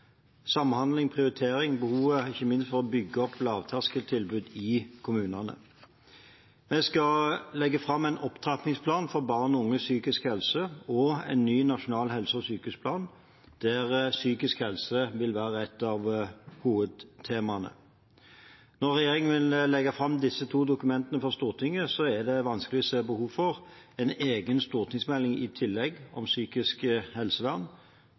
samhandling, prioritering og ikke minst behovet for å bygge opp lavterskeltilbud i kommunene. Vi skal legge fram en opptrappingsplan for barn og unges psykiske helse og en ny nasjonal helse- og sykehusplan, der psykisk helse vil være et av hovedtemaene. Når regjeringen vil legge fram disse to dokumentene for Stortinget, er det vanskelig å se behovet for en egen stortingsmelding om psykisk helsevern i tillegg. Forholdene rundt psykisk helsevern